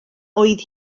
oedd